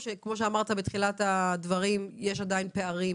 או שכמו שאמרת בתחילת הדברים יש עדיין פערים